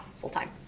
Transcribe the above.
full-time